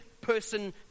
person